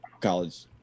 college